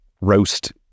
roast